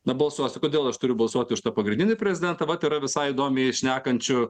na balsuosiu kodėl aš turiu balsuoti už tą pagrindinį prezidentą vat yra visai įdomiai šnekančių